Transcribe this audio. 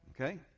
Okay